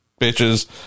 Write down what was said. bitches